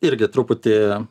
irgi truputį